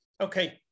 okay